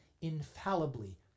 infallibly